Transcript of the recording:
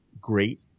great